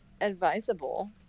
advisable